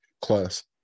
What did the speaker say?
class